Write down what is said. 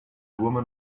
woman